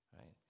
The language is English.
Right